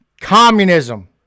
communism